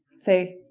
say,